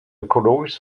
ökologisch